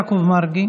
חבר הכנסת יעקב מרגי,